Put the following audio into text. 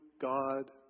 God